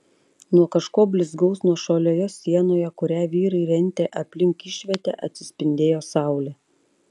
nuo kažko blizgaus nuošalioje sienoje kurią vyrai rentė aplink išvietę atsispindėjo saulė